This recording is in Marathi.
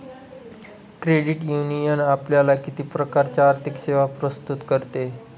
क्रेडिट युनियन आपल्याला किती प्रकारच्या आर्थिक सेवा प्रस्तुत करते?